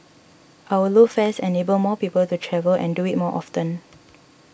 our low fares enable more people to travel and do it more often